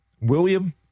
William